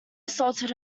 assaulted